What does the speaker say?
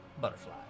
butterfly